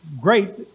great